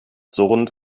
surrend